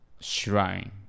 Shrine